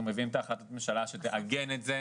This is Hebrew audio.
אנחנו מביאים את החלטת הממשלה שתעגן את זה,